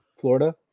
Florida